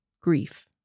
grief